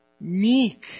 meek